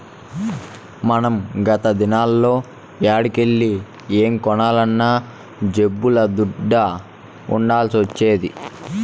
మనం గత దినాల్ల యాడికెల్లి ఏం కొనాలన్నా జేబుల్ల దుడ్డ ఉండాల్సొచ్చేది